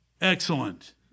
Excellent